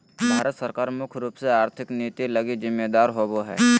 भारत सरकार मुख्य रूप से आर्थिक नीति लगी जिम्मेदर होबो हइ